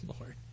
Lord